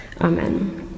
amen